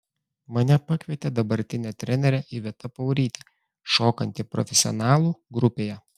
mane pakvietė dabartinė trenerė iveta paurytė šokanti profesionalų grupėje